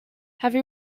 have